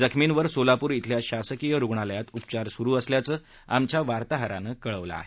जखमींवर सोलापूर इथल्या शासकीय रुग्णालयात उपचार सुरु असल्याचं आमच्या वार्ताहरानं कळवलं आहे